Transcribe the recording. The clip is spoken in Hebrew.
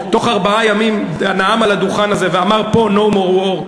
תוך ארבעה ימים נאם על הדוכן הזה ואמר פה: No more war.